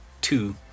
two